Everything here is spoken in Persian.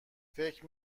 فکر